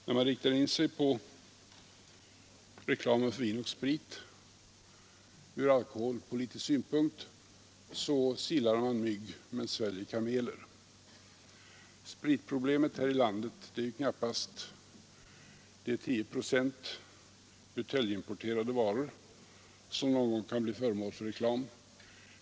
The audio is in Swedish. När man riktar in sig på reklamen för vin och sprit ur alkoholpolitisk synpunkt, silar man mygg och sväljer kameler. Spritproblemet här i landet är ju knappast de 10 procent buteljimporterade varor som någon gång kan bli föremål för reklam.